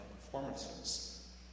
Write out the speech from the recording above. performances